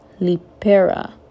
Lipera